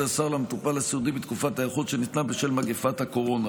הזר למטופל הסיעודי בתקופת ההיערכות שניתנה בשל מגפת הקורונה,